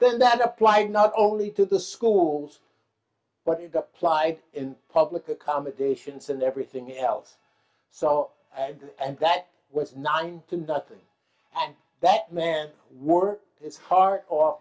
then that applied not only to the schools but it applied in public accommodations and everything else so and that was nine to nothing and that man wore his heart o